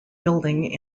building